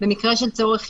במקרה של צורך חיוני,